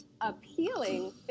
appealing